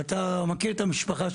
קיבלתי רק עובדת סוציאלית שהגיעה.